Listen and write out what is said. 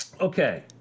Okay